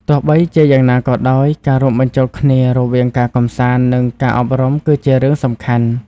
ទោះបីជាយ៉ាងណាក៏ដោយ ការរួមបញ្ចូលគ្នារវាងការកម្សាន្តនិងការអប់រំគឺជារឿងសំខាន់។